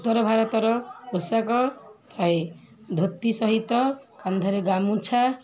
ଉତ୍ତର ଭାରତର ପୋଷାକ ଥାଏ ଧୋତି ସହିତ କାନ୍ଧରେ ଗାମୁଛା